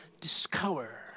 discover